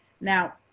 Now